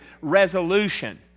resolution